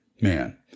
Man